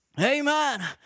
Amen